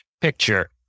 picture